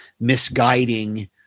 misguiding